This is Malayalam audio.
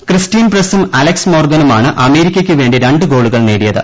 ക്രിസ്റ്റീൻ പ്രസും അലക്സ് മോർഗനുമാണ് അമേരിയ്ക്കയ്ക്കുവേണ്ടി രണ്ട് ഗോളുകൾ നേടിയത്